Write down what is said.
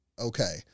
okay